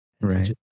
Right